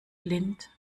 blind